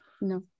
No